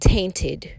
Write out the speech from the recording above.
Tainted